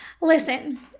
Listen